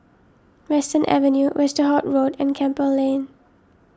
Western Avenue Westerhout Road and Campbell Lane